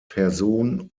person